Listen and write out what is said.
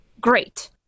great